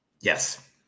Yes